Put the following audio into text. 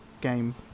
game